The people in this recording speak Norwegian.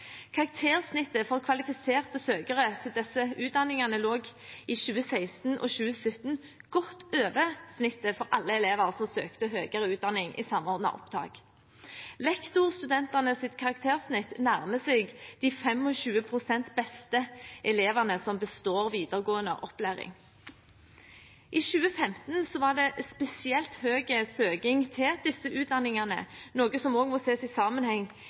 Karaktersnittet for kvalifiserte søkere til disse utdanningene lå i 2016 og 2017 godt over snittet for alle elever som søkte opptak til høyere utdanning gjennom Samordna opptak. Lektorstudentenes karaktersnitt nærmer seg det de 25 pst. beste elevene som består videregående opplæring, har. I 2015 var det spesielt stor søking til disse utdanningene, noe som også må ses i sammenheng